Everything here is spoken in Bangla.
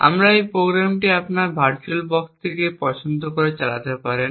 এবং এই প্রোগ্রামটি আপনার ভার্চুয়ালবক্স থেকে পছন্দ করে চালাতে পারেন